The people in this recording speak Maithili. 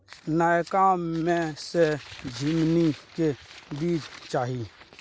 नयका में से झीमनी के बीज चाही?